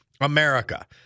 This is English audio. America